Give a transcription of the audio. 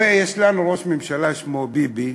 הרי יש לנו ראש ממשלה ששמו ביבי.